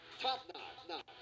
Top-notch